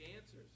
answers